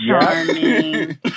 charming